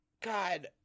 God